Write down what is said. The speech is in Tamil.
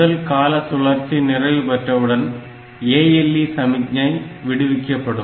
முதல் கால சுழற்சி நிறைவு பெற்றவுடன் ALE சமிக்ஞை விடுவிக்கப்படும்